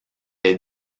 est